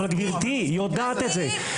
גברתי יודעת את זה.